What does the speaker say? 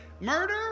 Murder